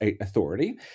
authority